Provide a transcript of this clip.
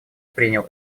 принял